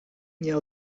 nie